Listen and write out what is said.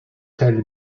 tel